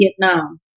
Vietnam